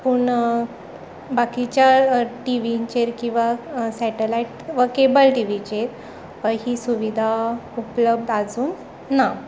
पूण बाकीच्या टिवींचेर किंवा सेटलायट वा केबल टिवीचेर ही सुविदा उपलब्द आजून ना